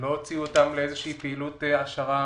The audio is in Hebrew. ולא הוציאו אותם לאיזו שהיא פעילות העשרה,